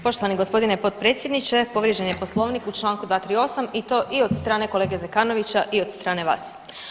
Poštovani gospodine potpredsjedniče povrijeđen je Poslovnik u Članku 238. i to od strane kolege Zekanovića i od strane vas.